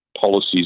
policies